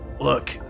Look